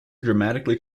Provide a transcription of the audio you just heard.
dramatically